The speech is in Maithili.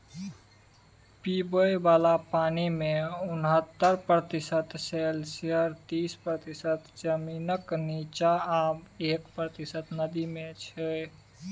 पीबय बला पानिमे उनहत्तर प्रतिशत ग्लेसियर तीस प्रतिशत जमीनक नीच्चाँ आ एक प्रतिशत नदी छै